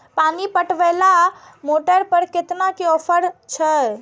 पानी पटवेवाला मोटर पर केतना के ऑफर छे?